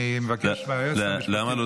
אני לא מבין למה כתבו לך את זה ככה.